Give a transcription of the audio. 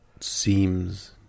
seems